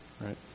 right